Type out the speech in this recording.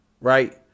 right